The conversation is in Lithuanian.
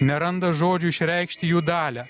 neranda žodžių išreikšti jų dalią